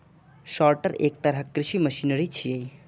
sorter एक तरहक कृषि मशीनरी छियै